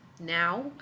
now